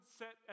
set